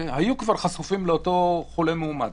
שהיו כבר חשופים לאותו חולה מאומת.